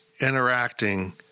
interacting